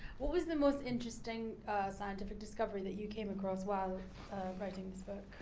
what was the most interesting scientific discovery that you came across while writing this book?